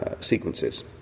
sequences